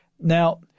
Now